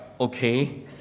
okay